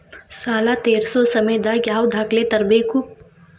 ಸಾಲಾ ತೇರ್ಸೋ ಸಮಯದಾಗ ಯಾವ ದಾಖಲೆ ತರ್ಬೇಕು?